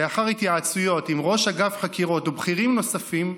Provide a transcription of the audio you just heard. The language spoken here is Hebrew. לאחר התייעצויות עם ראש אגף חקירות ובכירים נוספים,